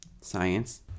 science